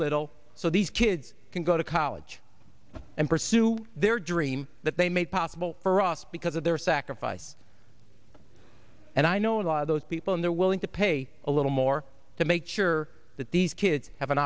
little so these kids can go to college and pursue their dream that they made possible for us because of their sacrifice and i know a lot of those people and they're willing to pay a little more to make sure that these kids have an